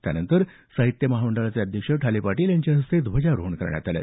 त्यानंतर साहित्य महामंडळाचे अध्यक्ष ठाले पाटील यांच्या हस्ते ध्वजारोहण झालं